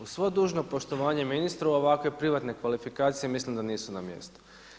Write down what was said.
Uz svo dužno poštovanje ministru ovakve privatne kvalifikacije mislim da nisu na mjestu.